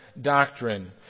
doctrine